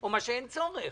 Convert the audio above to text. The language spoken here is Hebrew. או מה שאין צורך,